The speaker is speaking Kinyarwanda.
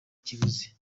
kiguzi